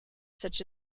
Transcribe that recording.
such